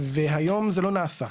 והיום זה לא נעשה,